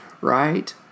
right